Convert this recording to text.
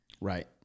Right